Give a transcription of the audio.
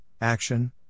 action